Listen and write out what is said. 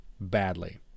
badly